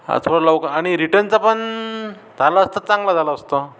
हा थोडं लवकर आणि रिटर्नचा पण झालं असतं चांगलं झालं असतं